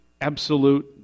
absolute